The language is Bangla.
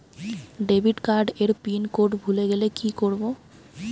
ডেবিটকার্ড এর পিন কোড ভুলে গেলে কি করব?